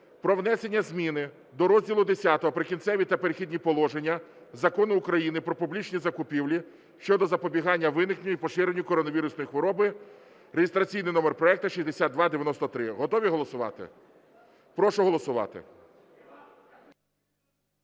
про внесення зміни до розділу X "Прикінцеві та перехідні положення" Закону України "Про публічні закупівлі" щодо запобігання виникненню і поширенню коронавірусної хвороби (реєстраційний номер проекту 6293). Готові голосувати? Прошу голосувати.